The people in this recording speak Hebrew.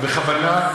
אבל בכוונה,